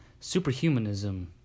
Superhumanism